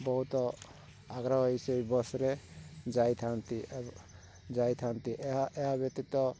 ବହୁତ ଆଗ୍ରହ ହୋଇ ସେ ବସ୍ରେ ଯାଇଥାନ୍ତି ଏବ ଯାଇଥାନ୍ତି ଏହା ଏହା ବ୍ୟତୀତ